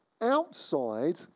outside